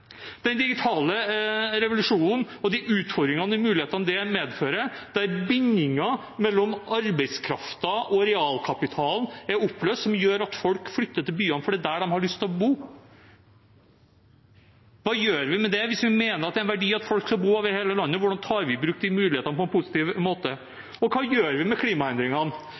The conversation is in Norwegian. Den digitale revolusjonen og de utfordringene og mulighetene det medfører, der bindingen mellom arbeidskraften og realkapitalen er oppløst, som gjør at folk flytter til byene fordi det er der de har lyst til å bo – hva gjør vi med det hvis vi mener det er en verdi at folk skal bo over hele landet? Hvordan tar vi i bruk de mulighetene på en positiv måte? Og hva gjør vi med klimaendringene?